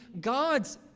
God's